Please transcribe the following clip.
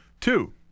Two